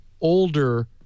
older